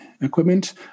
equipment